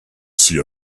see